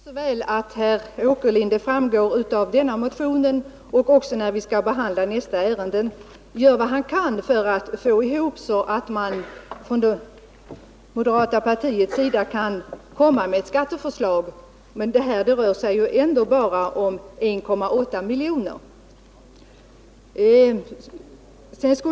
Herr talman! Jag förstår så väl att herr Åkerlind — det framgår av denna motion och också av den motion som gäller nästa punkt — gör vad han kan för att få ihop så mycket besparingar att man från moderata samlingspartiets sida kan komma med ett skattesänkningsförslag. Men det här rör sig ju ändå bara om 1,8 miljoner kronor.